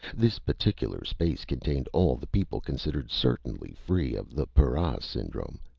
this particular space contained all the people considered certainly free of the para syndrome.